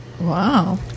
Wow